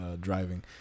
driving